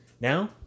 Now